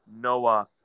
Noah